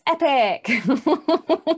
epic